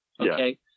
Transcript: Okay